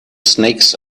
snakes